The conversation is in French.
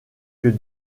que